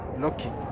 looking